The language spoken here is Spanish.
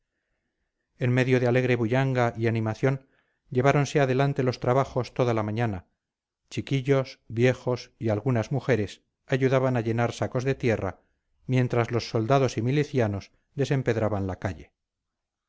en medio de alegre bullanga y animación lleváronse adelante los trabajos toda la mañana chiquillos viejos y algunas mujeres ayudaban a llenar sacos de tierra mientras los soldados y milicianos desempedraban la calle